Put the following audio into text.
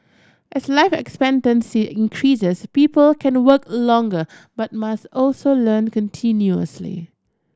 as life expectancy increases people can work longer but must also learn continuously